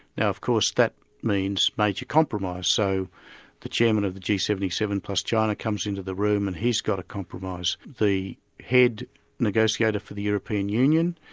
now of course that means major compromise. so the chairman of the g seven seven plus china comes into the room and he's got a compromise. the head negotiator for the european union,